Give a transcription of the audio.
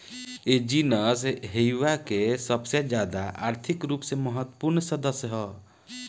इ genus Hevea के सबसे ज्यादा आर्थिक रूप से महत्वपूर्ण सदस्य ह